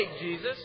Jesus